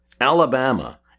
Alabama